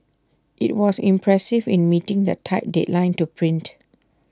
IT was impressive in meeting the tight deadline to print